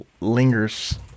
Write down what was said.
lingers